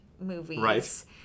movies